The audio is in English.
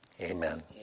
Amen